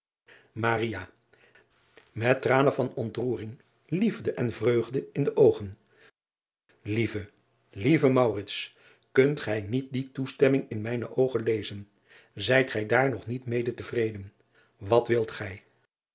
et tranen van ontroering liesde en vreugde in de oogen ieve lieve unt gij niet die toestemming in mijne oogen lezen zijt gij daar nog niet mede te vreden wat wilt gij